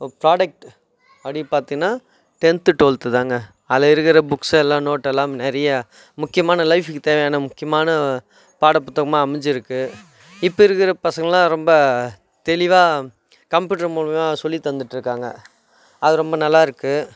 product அப்படின்னு பார்த்தீங்கன்னா tenth twelfth தாங்க அதில் இருக்கிற புக்ஸெல்லாம் நோட்டெல்லாம் நிறையா முக்கியமான லைஃபுக்கு தேவையான முக்கியமான பாடப்புத்தகமாக அமைஞ்சிருக்கு இப்போ இருக்கிற பசங்களாம் ரொம்ப தெளிவாக கம்ப்யூட்டர் மூலிமா சொல்லி தந்துட்டு இருக்காங்க அது ரொம்ப நல்லாருக்கு